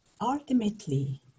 ultimately